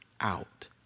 out